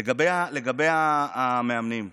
לגבי המאמנים.